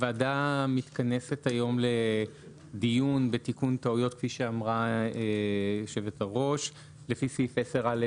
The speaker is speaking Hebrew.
הוועדה מתכנסת היום לדיון בתיקון בטעויות לפי סעיף 10א)